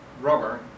rubber